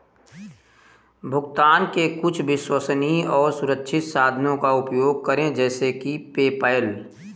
भुगतान के कुछ विश्वसनीय और सुरक्षित साधनों का उपयोग करें जैसे कि पेपैल